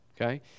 okay